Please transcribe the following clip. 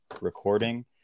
recording